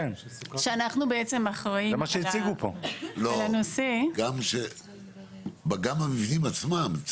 שאנחנו בעצם אחראיים על הנושא --- גם על המבנים עצמם,